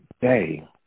day